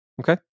Okay